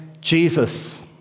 Jesus